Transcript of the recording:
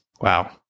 Wow